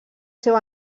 seu